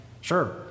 Sure